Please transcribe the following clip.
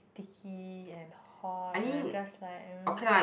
sticky and hot and I'm just like